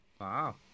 wow